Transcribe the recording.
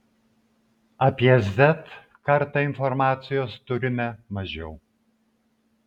apie z kartą informacijos turime mažiau